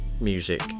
music